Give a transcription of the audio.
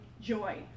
joy